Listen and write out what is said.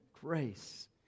grace